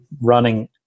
running